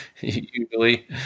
Usually